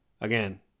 Again